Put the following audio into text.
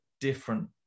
different